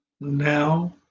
now